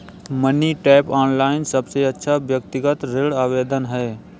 money tap, online सबसे अच्छा व्यक्तिगत ऋण आवेदन है